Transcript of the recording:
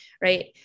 right